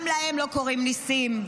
גם להם לא קורים ניסים,